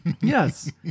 Yes